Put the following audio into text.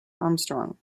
armstrong